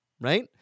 right